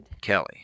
Kelly